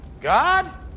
God